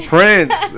Prince